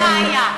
אין בעיה.